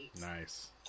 nice